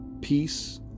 peace